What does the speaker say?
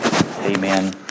Amen